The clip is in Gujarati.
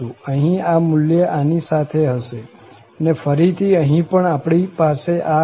અહીં આ મુલ્ય આની સાથે હશે અને ફરી થી અહીં પણ આપણી પાસે આ હશે